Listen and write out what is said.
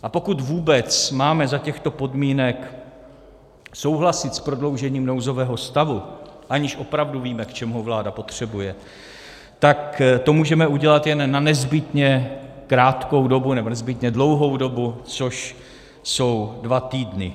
A pokud vůbec máme za těchto podmínek souhlasit s prodloužením nouzového stavu, aniž opravdu víme, k čemu ho vláda potřebuje, tak to můžeme udělat jen na nezbytně krátkou nebo nezbytně dlouhou dobu, což jsou dva týdny.